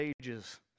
ages